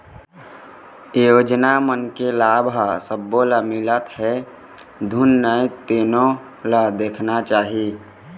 योजना मन के लाभ ह सब्बो ल मिलत हे धुन नइ तेनो ल देखना चाही